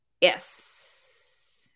Yes